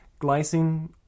glycine